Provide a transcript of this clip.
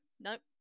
nope